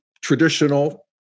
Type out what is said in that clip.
traditional